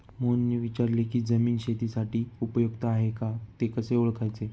मोहनने विचारले की जमीन शेतीसाठी उपयुक्त आहे का ते कसे ओळखायचे?